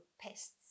pests